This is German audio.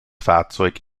fahrzeug